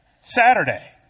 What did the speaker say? Saturday